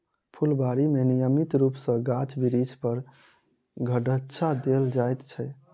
फूलबाड़ी मे नियमित रूप सॅ गाछ बिरिछ पर छङच्चा देल जाइत छै